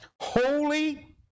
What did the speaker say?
holy